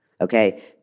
okay